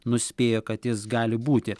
nuspėjo kad jis gali būti